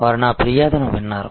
వారు నా ఫిర్యాదును విన్నారు